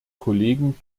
kollegen